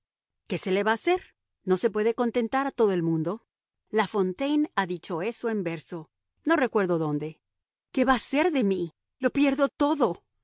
qué se le va a hacer no se puede contentar a todo el mundo la fontaine ha dicho eso en verso no recuerdo dónde qué va a ser de mí lo pierdo todo